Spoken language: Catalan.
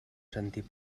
sentir